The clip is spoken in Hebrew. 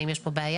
האם יש פה בעיה?